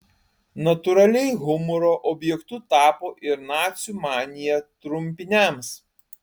natūraliai humoro objektu tapo ir nacių manija trumpiniams